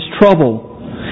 trouble